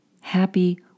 happy